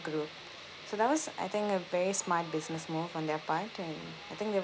group so that was I think a very smart business move on their part and I think they were